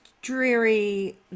dreary